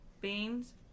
Beans